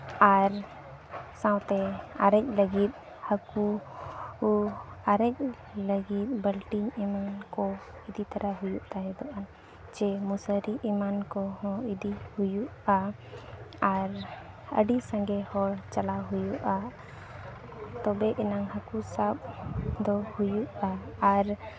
ᱟᱨ ᱥᱟᱶᱛᱮ ᱟᱨᱮᱡ ᱞᱟᱹᱜᱤᱫ ᱦᱟᱠᱩ ᱠᱚ ᱟᱨᱮᱡ ᱞᱟᱹᱜᱤᱫ ᱵᱟᱞᱴᱤᱱ ᱮᱢᱟᱱ ᱠᱚ ᱤᱫᱤᱛᱚᱨᱟ ᱦᱩᱭᱩᱜ ᱛᱟᱦᱮᱸᱫᱚᱜ ᱟᱱ ᱥᱮ ᱢᱚᱥᱟᱨᱤ ᱮᱢᱟᱱ ᱠᱚᱦᱚᱸ ᱤᱫᱤ ᱦᱩᱭᱩᱜᱼᱟ ᱟᱨ ᱟᱹᱰᱤ ᱥᱟᱸᱜᱮ ᱦᱚᱲ ᱪᱟᱞᱟᱣ ᱦᱩᱭᱩᱜᱼᱟ ᱛᱚᱵᱮ ᱮᱱᱟᱝ ᱦᱟᱠᱩ ᱥᱟᱵ ᱫᱚ ᱦᱩᱭᱩᱜᱼᱟ ᱟᱨ